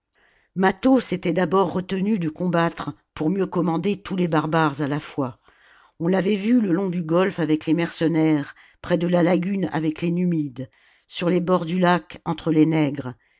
mâtho s'était d'abord retenu de combattre pour mieux commander tous les barbares à la fois on l'avait vu le long du golfe avec les mercenaires près de la lagune avec les numides sur les bords du lac entre les nègres